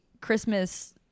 Christmas